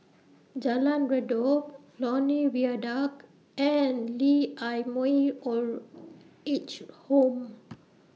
Jalan Redop Lornie Viaduct and Lee Ah Mooi Old Age Home